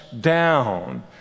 down